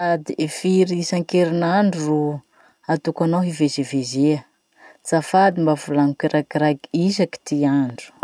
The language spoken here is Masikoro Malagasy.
Ady i firy isankerinandro ro atokanao hivezivezia? Azafady mba volagno kiraikiraiky isaky ty andro.